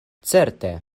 certe